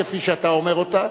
כפי שאתה אומר אותה,